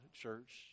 church